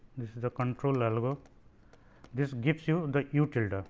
this is the control algo this gives you the u tilde. ah